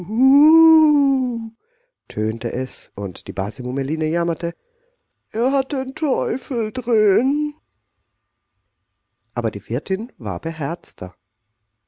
tönte es und die base mummeline jammerte er hat den teufel drin aber die wirtin war beherzter